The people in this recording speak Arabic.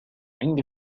عندي